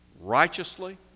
righteously